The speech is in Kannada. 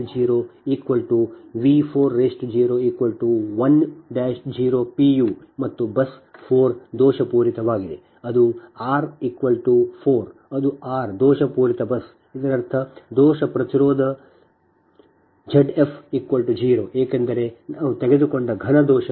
0 pu ಮತ್ತು ಬಸ್ 4 ದೋಷಪೂರಿತವಾಗಿದೆ ಅದು r 4 ಅದು ಬಸ್ r ದೋಷಪೂರಿತ ಬಸ್ ಇದರರ್ಥ ದೋಷ ಪ್ರತಿರೋಧ Z f 0 ಏಕೆಂದರೆ ಅದು ನಾವು ತೆಗೆದುಕೊಂಡ ಘನ ದೋಷ